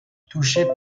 touché